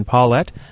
Paulette